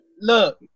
Look